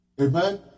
Amen